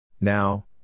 now